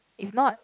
if not